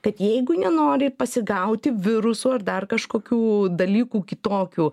kad jeigu nenori pasigauti virusų ar dar kažkokių dalykų kitokių